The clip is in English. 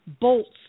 bolts